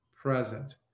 present